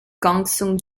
gongsun